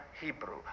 Hebrew